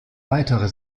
weitere